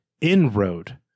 inroad